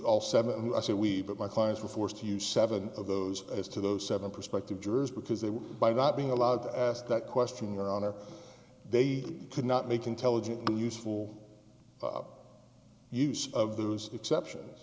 all seven so we but my clients were forced to use seven of those as to those seven prospective jurors because they were by that being allowed to ask that question your honor they could not make intelligent useful use of those exceptions